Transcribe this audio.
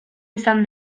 izan